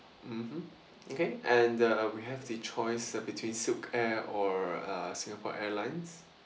mmhmm okay and uh we have the choice between silkair or uh singapore airlines